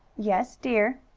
yes, dear.